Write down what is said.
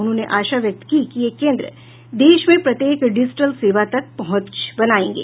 उन्होंने आशा व्यक्त की कि ये केंद्र देश में प्रत्येक डिजिटल सेवा तक पहुंच बनाएंगे